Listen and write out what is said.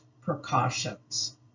precautions